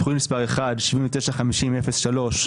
תוכנית 1, 795001,